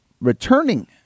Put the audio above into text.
returning